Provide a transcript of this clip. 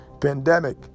pandemic